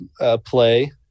play